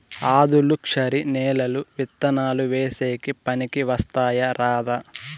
ఆధులుక్షరి నేలలు విత్తనాలు వేసేకి పనికి వస్తాయా రాదా?